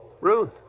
Ruth